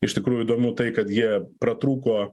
iš tikrųjų įdomu tai kad jie pratrūko